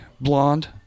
blonde